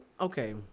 okay